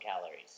calories